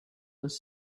was